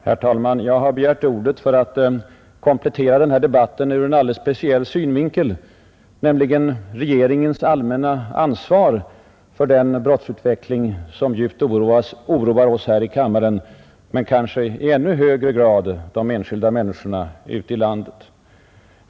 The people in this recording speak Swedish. Herr talman! Jag har begärt ordet för att komplettera debatten ur en alldeles speciell synvinkel: regeringens allmänna ansvar för en brottsutveckling, som djupt oroar oss här i kammaren men kanske i ännu högre grad de enskilda människorna ute i landet.